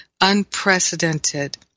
unprecedented